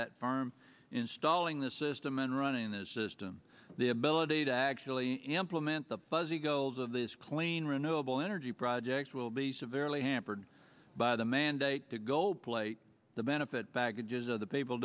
that farm installing the system and running this system the ability to actually implement the buzzy goals of this clean renewable energy projects will be severely hampered by the mandate to go play the benefit packages of the people